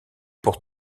pour